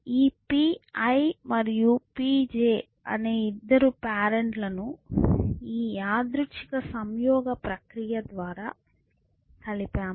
ఈ Pi మరియు Pj అనే ఇద్దరు పేరెంట్ లను ఈ యాదృచ్ఛిక సంయోగ ప్రక్రియ ద్వారా కలిపాము